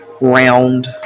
round